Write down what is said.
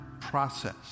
process